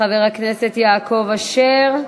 חבר הכנסת יעקב אשר,